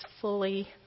fully